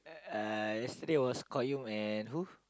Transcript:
uh yesterday was Qayyum and who